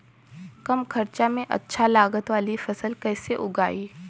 कम खर्चा में अच्छा लागत वाली फसल कैसे उगाई?